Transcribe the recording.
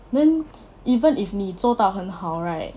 then even if 你做到很好 right